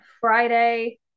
Friday